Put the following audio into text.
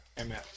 Amen